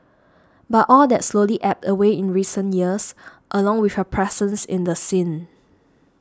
but all that slowly ebbed away in recent years along with her presence in the scene